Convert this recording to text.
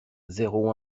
zéro